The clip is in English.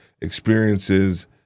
experiences